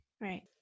Right